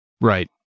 right